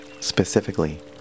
specifically